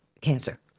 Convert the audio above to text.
cancer